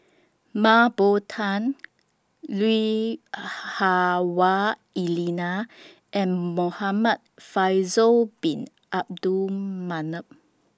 Mah Bow Tan Lui Hah Wah Elena and Muhamad Faisal Bin Abdul Manap